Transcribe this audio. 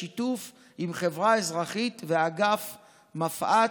בשיתוף עם חברה אזרחית ואגף מפא"ת,